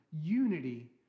unity